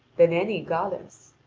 than any goddess.